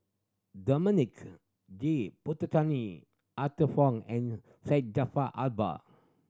Dominic J Arthur Fong and Syed Jaafar Albar